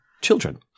children